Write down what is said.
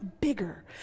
bigger